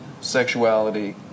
sexuality